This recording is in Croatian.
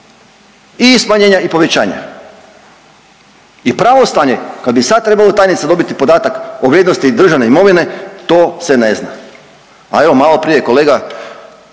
I smanjenja i povećanja. I pravo stanje, kada bi sad trebala tajnica dobiti podatak o vrijednosti državne imovine, to se ne zna. A evo, maloprije, kolega